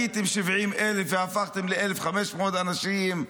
הייתם 70,000 והפכתם ל-1,500 אנשים,